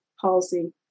palsy